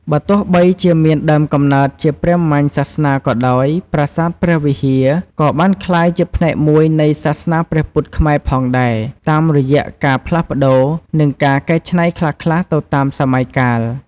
បើទោះបីជាមានដើមកំណើតជាព្រាហ្មណ៍សាសនាក៏ដោយ ប្រាសាទព្រះវិហារ ក៏បានក្លាយជាផ្នែកមួយនៃសាសនាព្រះពុទ្ធខ្មែរផងដែរ តាមរយៈការផ្លាស់ប្តូរ និងការកែច្នៃខ្លះៗទៅតាមសម័យកាល។។